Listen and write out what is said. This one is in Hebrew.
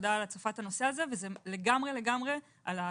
תודה על הצפת הנושא הזה וזה לגמרי על השולחן.